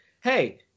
hey